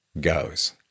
goes